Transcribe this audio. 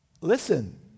listen